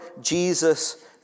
Jesus